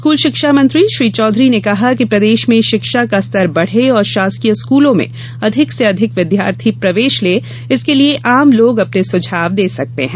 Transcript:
school शिक्षा मंत्री श्री चौधरी ने कहा कि प्रदेश में शिक्षा का स्तर बढ़े और शासकीय स्कूलों में अधिक से अधिक विद्यार्थी प्रवेश लें इसके लिए आम लोग अपने सुझाव दे सकते हैं